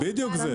זה בדיוק זה.